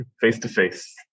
face-to-face